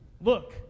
Look